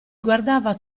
guardava